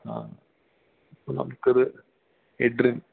ആ അപ്പം നമുക്ക് അത് എട്രിൻ